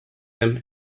them